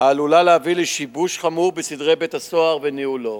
העלולה להביא לשיבוש חמור בסדרי בית-הסוהר וניהולו.